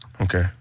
Okay